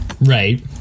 Right